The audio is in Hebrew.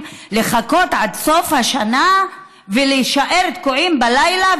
לחכות עד סוף השנה ולהישאר תקועים בלילה,